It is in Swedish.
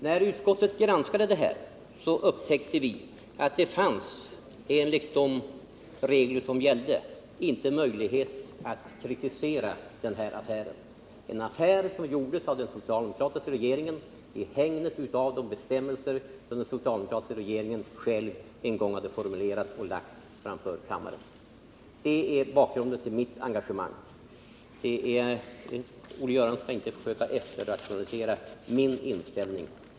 När utskottet granskade detta upptäckte vi att det enligt de regler som gällde inte fanns möjlighet att kritisera den här affären — en affär som gjordes av den socialdemokratiska regeringen i hägnet av de bestämmelser som den socialdemokratiska regeringen själv en gång formulerat och föreslagit riksdagen att anta. Det är bakgrunden till mitt engagemang. Olle Göransson skall inte försöka efterrationalisera min inställning.